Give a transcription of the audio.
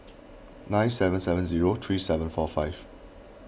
nine seven seven zero three seven four five